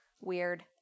Weird